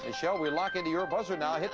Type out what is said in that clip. michelle, we'll lock into your buzzer now. hit